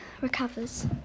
recovers